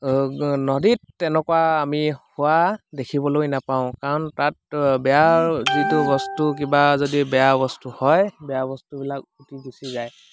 নদীত তেনেকুৱা আমি হোৱা দেখিবলৈ নাপাওঁ কাৰণ তাত বেয়া যিটো বস্তু কিবা যদি বেয়া বস্তু হয় বেয়া বস্তুবিলাক উটি গুচি যায়